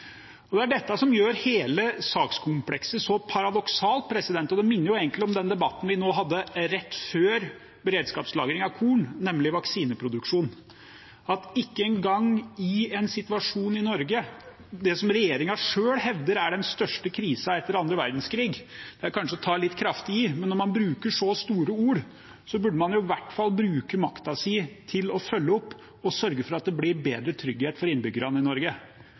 Det er dette som gjør hele sakskomplekset så paradoksalt. Det minner egentlig om den debatten vi hadde rett før den om beredskapslagring av korn, nemlig vaksineproduksjon. I en situasjon i Norge som regjeringen selv hevder er den største krisen etter annen verdenskrig – det er kanskje å ta litt kraftig i når man bruker så store ord – burde man i hvert fall bruke makten sin til å følge opp og sørge for at det blir bedre trygghet for innbyggerne i Norge.